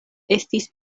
estis